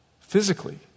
physically